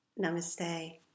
namaste